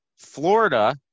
Florida